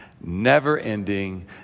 never-ending